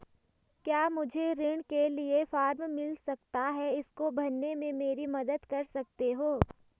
क्या मुझे ऋण के लिए मुझे फार्म मिल सकता है इसको भरने में मेरी मदद कर सकते हो?